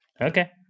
Okay